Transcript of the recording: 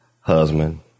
husband